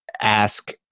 ask